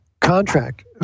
contract